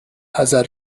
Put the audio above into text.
حذر